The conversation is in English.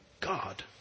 God